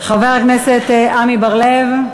חבר הכנסת עמי בר-לב,